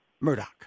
Murdoch